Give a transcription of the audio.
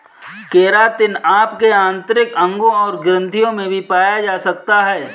keratin आपके आंतरिक अंगों और ग्रंथियों में भी पाया जा सकता है